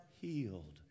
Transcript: healed